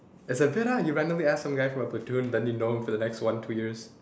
it's like weird ah you randomly ask some guy from a platoon then you know him for the next one two years